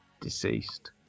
deceased